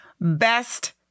best